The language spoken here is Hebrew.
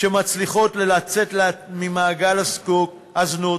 שמצליחות לצאת ממעגל הזנות,